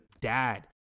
dad